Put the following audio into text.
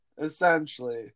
essentially